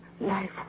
life